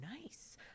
nice